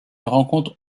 rencontre